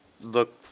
look